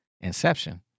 inception